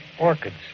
orchids